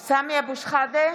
שחאדה,